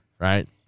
Right